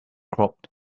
crooked